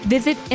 Visit